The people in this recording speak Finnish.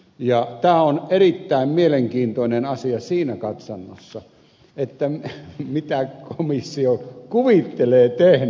tämä on erittäin mielenkiintoinen asia siinä katsannossa mitä komissio kuvittelee tehneensä